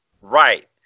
right